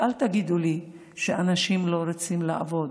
ואל תגידו לי שאנשים לא רוצים לעבוד,